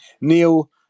Neil